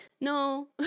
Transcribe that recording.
no